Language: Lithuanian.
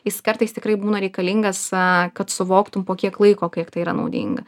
jis kartais tikrai būna reikalingas aaa kad suvoktum po kiek laiko kiek tai yra naudinga